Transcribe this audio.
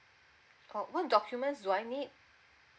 oh what document do I need